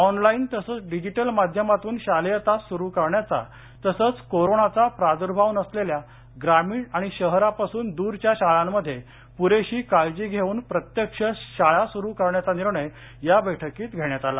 online तसंच digital माध्यमातून शालेय तास सुरु करण्याचा तसंच कोरोनाचा प्रादुर्भाव नसलेल्या ग्रामीण आणि शहरापासून दूरच्या शाळांमध्ये प्रेशी काळजी घेऊन प्रत्यक्ष शाळा सुरू करण्याचा निर्णय या बैठकीत घेण्यात आला